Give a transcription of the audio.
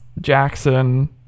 Jackson